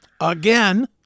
Again